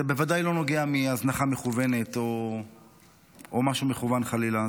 זה בוודאי לא מגיע מהזנחה מכוונת או משהו מכוון חלילה,